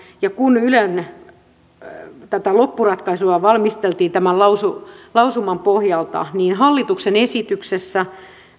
ja kun tätä ylen loppuratkaisua valmisteltiin tämän lausuman lausuman pohjalta hallituksen esityksessä